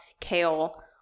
kale